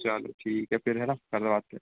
चलो ठीक है फिर है ना करवाते